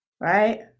Right